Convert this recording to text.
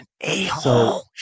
a-hole